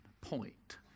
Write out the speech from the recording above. point